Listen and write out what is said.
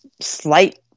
slight